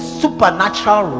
supernatural